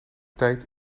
tijd